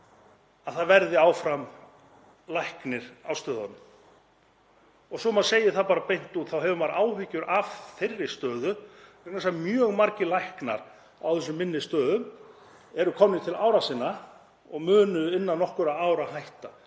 að það verði áfram læknir á stöðunum. Svo maður segi það bara beint út þá hefur maður áhyggjur af þeirri stöðu vegna þess að mjög margir læknar á þessum minni stöðum eru komnir til ára sinna og munu innan nokkurra ára hætta.